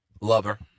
lover